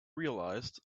realized